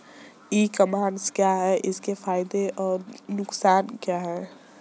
ई commerce क्या है इसके फायदे और नुकसान क्या है?